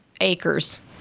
acres